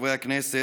חברי הכנסת,